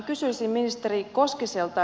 kysyisin ministeri koskiselta